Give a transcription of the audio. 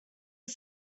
are